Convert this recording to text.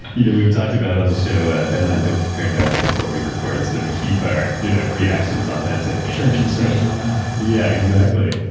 you know we've talked about on the show, ah ben and i don't compare notes before we record so that we keep our you know reactions authentic. church and state and all that. yeah exactly.